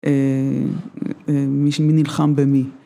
אמ... אה, מי ש-מי נלחם במי.